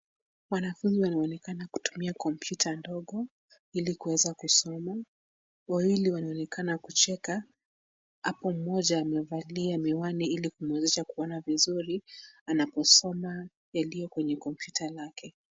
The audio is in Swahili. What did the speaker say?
Wanafunzi wanaonekana kutumia kompyuta ndogo ili kuweza kusoma. Wawili wanaonekana kucheka apo mmoja amevalia miwani ili kumwezesha kuona vizuri anaposoma yaliyokwenye kompyuta lake.